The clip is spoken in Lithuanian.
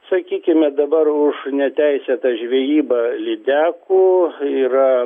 sakykime dabar už neteisėtą žvejybą lydekų yra